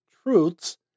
truths